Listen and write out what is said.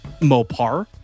Mopar